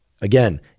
Again